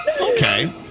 Okay